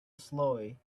slowly